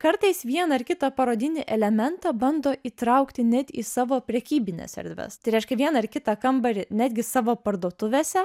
kartais vieną ar kitą parodinį elementą bando įtraukti net į savo prekybines erdves tai reiškia vieną ar kitą kambarį netgi savo parduotuvėse